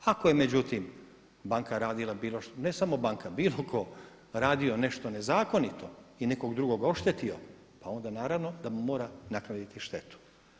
Ako je međutim banka radila bilo što, ne samo banka bilo tko radio nešto nezakonito i nekog drugog oštetio pa onda naravno da mu mora naknaditi štetu.